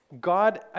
God